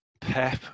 Pep